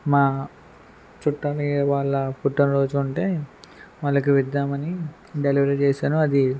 మా చుట్టాలే వాళ్ళ పుట్టినరోజు ఉంటే వాళ్ళకి ఇద్దామని డెలివరీ చేసాను అది